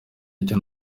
icyo